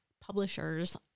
publishers